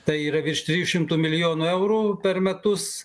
tai yra virš trijų šimtų milijonų eurų per metus